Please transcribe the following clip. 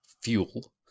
fuel